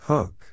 Hook